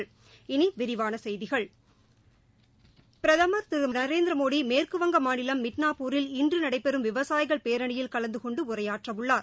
இனி விரிவான செய்திகள் பிரதமர் திரு நரேந்திர மோடி மேற்குவங்க மாநிலம் மிட்னாப்பூரில் இன்று நடைபெறும் விவசாயிகள் பேரணியில் கலந்து கொண்டு உரையாற்றவுள்ளார்